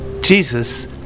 Jesus